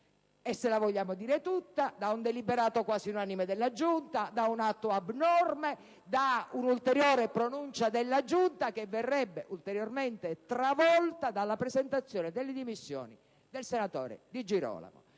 - se la vogliamo dire tutta - da un deliberato quasi unanime della Giunta, da un atto abnorme, da un'ulteriore pronuncia della Giunta che verrebbe ulteriormente travolta dalla presentazione delle dimissioni del senatore Di Girolamo.